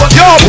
yo